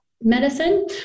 medicine